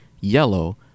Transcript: yellow